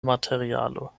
materialo